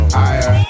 higher